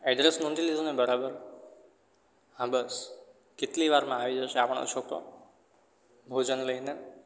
address નોંધી લીધું ને બરાબર હા બસ કેટલી વારમાં આવી જશે આપણો છોકરો ભીજન લઈને